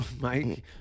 Mike